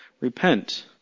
repent